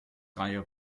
reihe